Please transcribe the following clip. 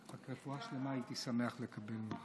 "רפואה שלמה" הייתי שמח לקבל.